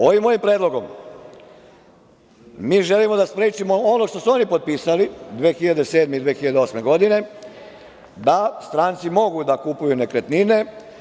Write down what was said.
Ovim mojim predlogom mi želimo da sprečimo ono što su oni potpisali 2007. ili 2008. godine, da stranci mogu da kupuju nekretnine.